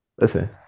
Listen